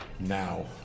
Now